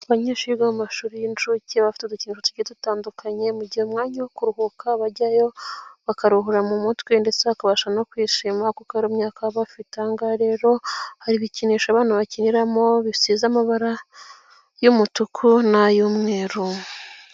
Abanyeshuri bo mu mashuri y'incuke bafite udukinisho tugiye dutandukanye mu gihe umwanya wo kuruhuka bajyayo bakaruhura mu mutwe ndetse bakabasha no kwishima kuko ariyo myakaka baba bafite. Ahangaha rero hari ibikinisho abana bakiniramo bisize amabara y'umutuku n'ay'umweru.